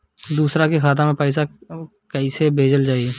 दूसरे के खाता में पइसा केइसे भेजल जाइ?